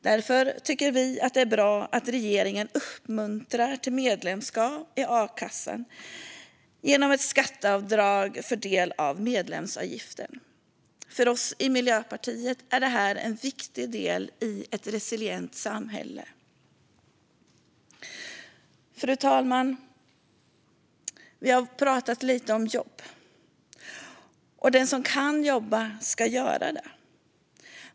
Därför tycker vi att det är bra att regeringen uppmuntrar till medlemskap i a-kassan genom ett skatteavdrag för en del av medlemsavgiften. För oss i Miljöpartiet är detta en viktig del i ett resilient samhälle. Fru talman! Vi har talat lite om jobb. Den som kan jobba ska göra det.